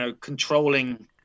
controlling